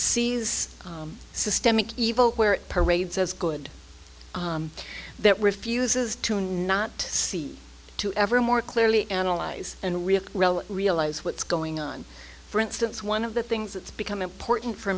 sees systemic evil where it parades as good that refuses to not see to ever more clearly analyze and react realize what's going on for instance one of the things that's become important for